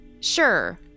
Sure